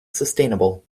sustainable